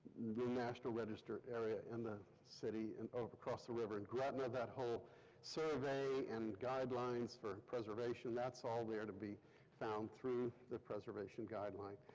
the national register area in the city and across the river, and gretna that whole survey and guidelines for preservation. that's all there to be found through the preservation guideline.